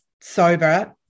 sober